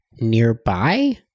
nearby